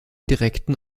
direkten